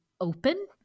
open